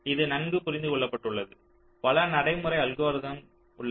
இது நன்கு புரிந்து கொள்ளப்பட்டுள்ளது பல நடைமுறை அல்கோரிதம் உள்ளன